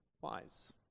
wise